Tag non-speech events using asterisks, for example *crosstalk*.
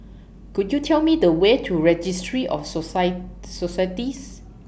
Could YOU Tell Me The Way to Registry of *unintelligible* Societies